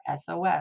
SOS